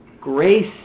grace